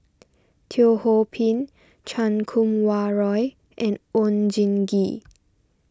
Teo Ho Pin Chan Kum Wah Roy and Oon Jin Gee